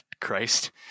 Christ